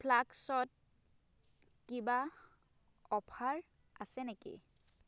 ফ্লাস্কত কিবা অফাৰ আছে নেকি